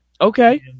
Okay